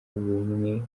bumwe